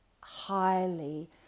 highly